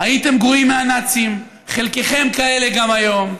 הייתם גרועים מהנאצים, חלקכם כאלה גם היום.